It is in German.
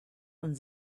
und